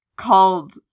called